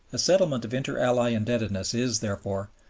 a settlement of inter-ally indebtedness is, therefore,